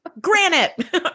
granite